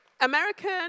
American